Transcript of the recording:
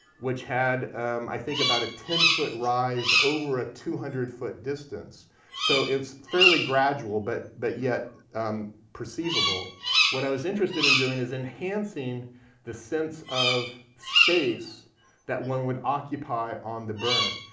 which had i think about a ten foot rise over a two hundred foot distance so it's fairly gradual but but yet yet perceivable what i was interested in doing is enhancing the sense of space that one would occupy on the berm.